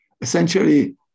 Essentially